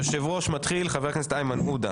יושב-ראש מתחיל חבר הכנסת איימן עודה.